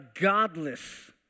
godless